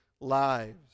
lives